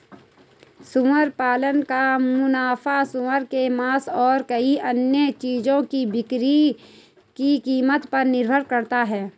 सुअर पालन का मुनाफा सूअर के मांस और कई अन्य चीजों की बिक्री की कीमत पर निर्भर करता है